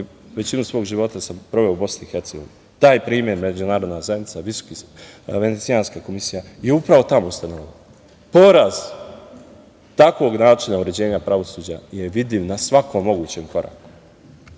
većinu svog života sam proveo u BiH. Taj primer Međunarodna zajednica, Venecijanska komisija je upravo tamo ustanovljen. Poraz takvog načina uređenja pravosuđa je vidljiv na svakom mogućem koraku.